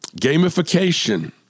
Gamification